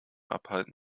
abhalten